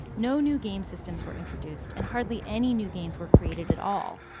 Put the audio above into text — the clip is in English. no new game systems were introduced, and hardly any new games were created at all,